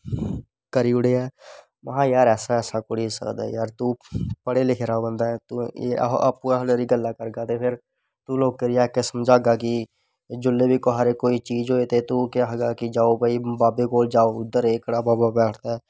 करी ओड़ेआ ऐ महां जार ऐसा नी होई सकदा जार तूं पढ़े लिखे दा बंदा ऐं तू आपूं एहो जेहियां गल्लां करगा ते तूं लोकें गी इक समझागा कि जियां बी कुसे दे कोई चीज होऐ ते तूं केह् आखगा कि जाओ भाई बाबे कोल जाओ उध्दर एह्कड़ा बाबा बैठदा ऐ